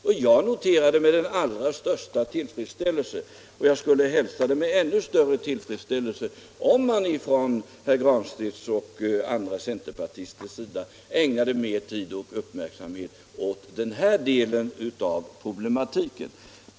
Jag har noterat det med den allra största tillfredsställelse, och jag skulle hälsa det med ännu större tillfredsställelse om herr Granstedt och andra centerpartister ägnade mer tid och uppmärksamhet åt den här delen av problematiken.